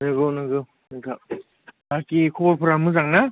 नोंगौ नोंगौ नोंथां बाखि खबरफोरा मोजां ना